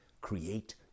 Create